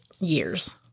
years